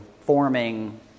forming